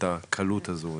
את הקלות הזו,